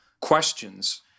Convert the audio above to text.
questions